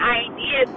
idea